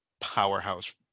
powerhouse